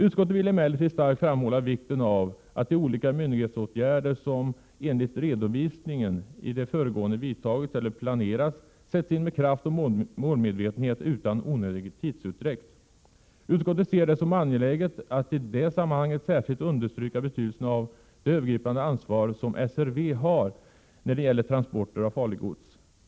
Utskottet vill emellertid starkt framhålla vikten av att de olika myndighetsåtgärder som enligt redovisningen i det föregående vidtagits eller planeras sätts in med kraft och målmedvetenhet utan onödig tidsutdräkt. Utskottet ser det som angeläget att i det sammanhanget särskilt understryka betydelsen av det övergripande ansvar som SRV har när det gäller transporter av farligt gods.